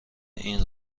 این